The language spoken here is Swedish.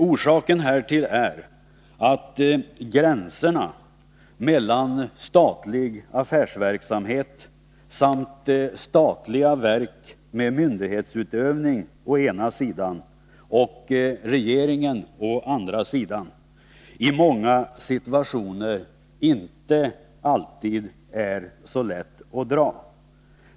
Orsaken härtill är att gränserna mellan statlig affärsverksamhet och statliga verk med myndighetsutövning å ena sidan och regeringen å andra sidan i många situationer inte alltid är lätta att dra.